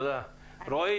אועי